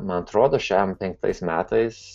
man atrodo šešiasdešimt penktais metais